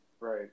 right